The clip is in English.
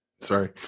sorry